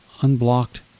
unblocked